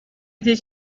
this